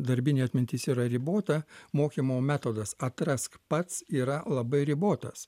darbinė atmintis yra ribota mokymo metodas atrask pats yra labai ribotas